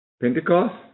Pentecost